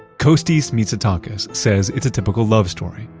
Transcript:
costis mitsotakis says it's a typical love story,